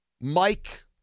Mike